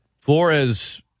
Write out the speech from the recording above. Flores